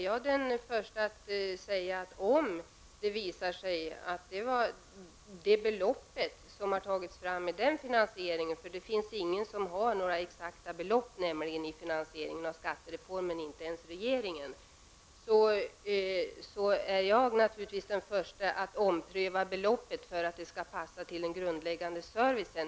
Men om det visar sig att det belopp som det här gäller -- det finns ingen som kan ange exakta belopp i finansieringen av skattereformen, inte ens regeringen -- är för litet, är jag den första att ompröva beloppet för att det skall garantera den grundläggande servicen.